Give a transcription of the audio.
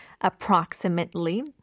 approximately